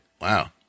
wow